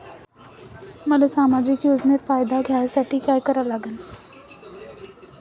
मले सामाजिक योजनेचा फायदा घ्यासाठी काय करा लागन?